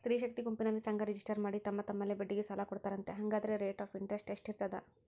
ಸ್ತ್ರೇ ಶಕ್ತಿ ಗುಂಪಿನಲ್ಲಿ ಸಂಘ ರಿಜಿಸ್ಟರ್ ಮಾಡಿ ತಮ್ಮ ತಮ್ಮಲ್ಲೇ ಬಡ್ಡಿಗೆ ಸಾಲ ಕೊಡ್ತಾರಂತೆ, ಹಂಗಾದರೆ ರೇಟ್ ಆಫ್ ಇಂಟರೆಸ್ಟ್ ಎಷ್ಟಿರ್ತದ?